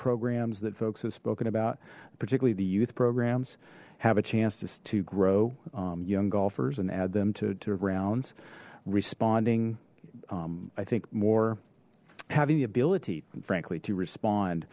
programs that folks have spoken about particularly the youth programs have a chance to grow young golfers and add them to two rounds responding i think more having the ability and frankly to respond